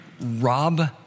rob